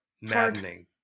maddening